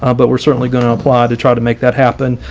ah but we're certainly going to apply to try to make that happen.